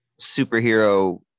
superhero